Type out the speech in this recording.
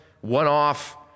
one-off